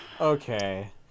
Okay